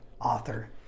author